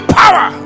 power